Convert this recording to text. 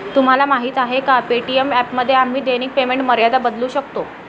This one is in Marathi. तुम्हाला माहीत आहे का पे.टी.एम ॲपमध्ये आम्ही दैनिक पेमेंट मर्यादा बदलू शकतो?